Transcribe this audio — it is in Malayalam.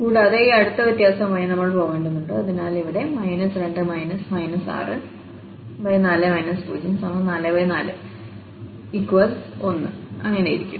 കൂടാതെ ഈ അടുത്ത വ്യത്യാസവുമായി നമ്മൾ പോകേണ്ടതുണ്ട് അതിനാൽ ഇവിടെ 2 64 0441ഇങ്ങനെയായിരിക്കും